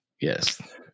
Yes